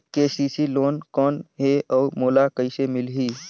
KCC loan कौन हे अउ मोला कइसे मिलही?